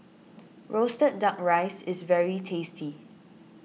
Roasted Duck Rice is very tasty